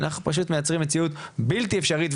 אנחנו פשוט מייצרים מציאות בלתי אפשרית,